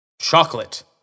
Chocolate